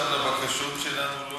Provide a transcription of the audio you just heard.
עכשיו הבקשות שלנו לא,